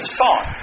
song